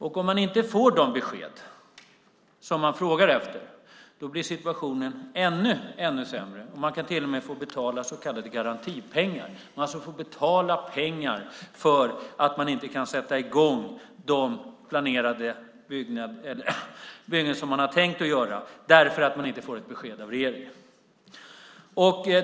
Om Kriminalvården inte får de besked den frågar efter blir situationen ännu sämre, och Kriminalvården kan till och med få betala så kallade garantipengar. Kriminalvården får alltså betala pengar för att man inte kan sätta i gång de planerade byggen som var tänkta att göras därför att det inte kommer något besked från regeringen.